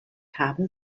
haben